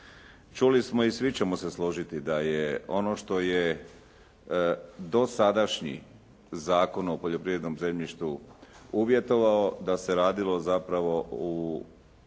Čuli smo i svi ćemo se složiti da je ono što je dosadašnji Zakon o poljoprivrednom zemljištu uvjetovao da se radilo zapravo u